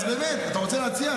באמת, אתה רוצה להציע?